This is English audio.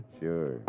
Sure